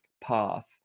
path